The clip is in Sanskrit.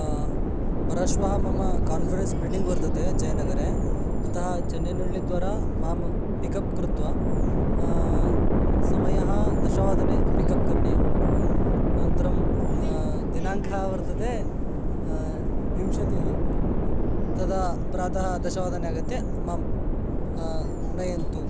परश्वः मम कान्फ़ेरेन्स् मीटिङ्ग् वर्तते जयनगरे अतः चन्नैनळ्ळिद्वारा मां पिकप् कृत्वा समयः दशवादने पिकप् करणीयम् अनन्तरं दिनाङ्कः वर्तते विंशतिः तदा प्रातः दशवादने आगत्य मां नयन्तु